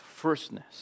firstness